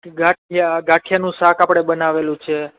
ગાંઠિયા ગાંઠિયાનું શાક આપડે બનાવેલું છે